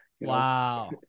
Wow